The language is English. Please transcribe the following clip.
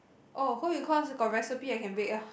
oh home-econs got recipe I can bake ah